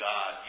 God